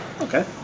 Okay